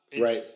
right